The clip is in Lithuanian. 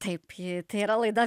taip ji tai yra laida